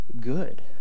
good